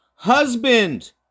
husband